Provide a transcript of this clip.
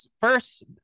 first